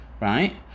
right